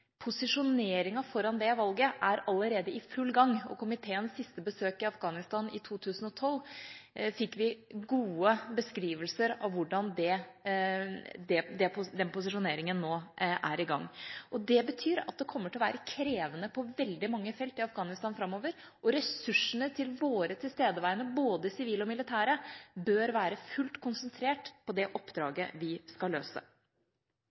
Posisjoneringen foran det valget er allerede i full gang, og ved komiteens siste besøk i Afghanistan i 2012 fikk vi gode beskrivelser av dette. Det betyr at det kommer til å være krevende på veldig mange felt i Afghanistan framover, og ressursene til våre tilstedeværende, både sivile og militære, bør være fullt konsentrert på det oppdraget vi skal løse.